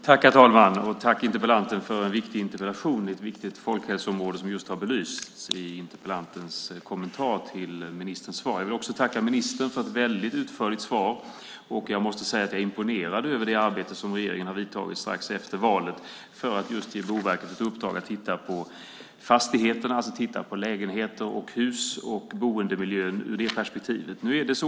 Herr talman! Tack, interpellanten, för en viktig interpellation om ett viktigt folkhälsoområde, som just har belysts i interpellantens kommentar till ministerns svar. Jag vill också tacka ministern för ett väldigt utförligt svar. Jag måste säga att jag är imponerad över det arbete som regeringen har utfört strax efter valet för att just ge Boverket ett uppdrag att titta på fastigheterna, lägenheter och hus, och boendemiljön ur det perspektivet.